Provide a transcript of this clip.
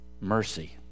mercy